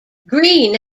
green